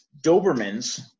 Dobermans